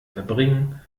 verbringen